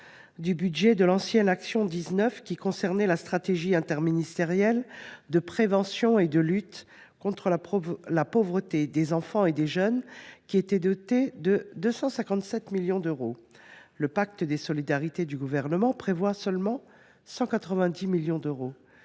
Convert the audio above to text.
à ceux de l’ancienne action n° 19, qui concernait la stratégie interministérielle de prévention et de lutte contre la pauvreté des enfants et des jeunes, dotée de 257 millions d’euros. Le pacte des solidarités du Gouvernement n’est doté que de 190 millions d’euros.